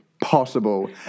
possible